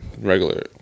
regular